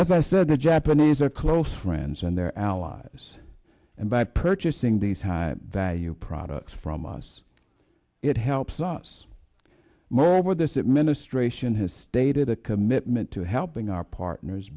as i said the japanese are close friends and their allies and by purchasing these high value products from us it helps us moreover this administration has stated a commitment to helping our partners